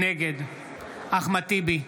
נגד אחמד טיבי,